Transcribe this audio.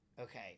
Okay